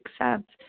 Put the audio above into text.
accept